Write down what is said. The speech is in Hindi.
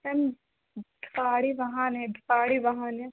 मैम गाड़ी वाहन है गाड़ी वाहन है